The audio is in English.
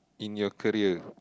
in your career